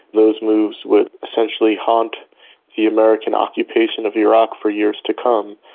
those moves would essentially haunt the american occupation of iraq for years to come.